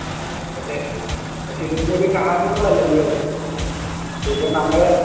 ആ പക്ഷെ പക്ഷേ ഇതൊന്നും ഒരു കാരണങ്ങൾ അല്ലല്ലോ ഇപ്പോൾ നമ്മൾ